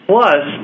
Plus